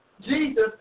Jesus